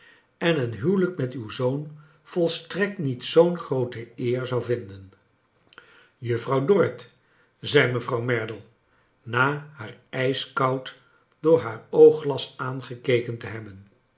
en een huwelijk met uw zoon volstrekt niet zoo'n groote eer zou vinden juffrouw dorrit zei mevrouw merdle na haar ijskoud door haar oogglas aangekeken te hebben